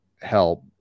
help